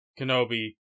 Kenobi